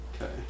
Okay